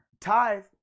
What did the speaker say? Tithe